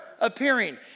appearing